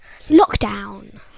lockdown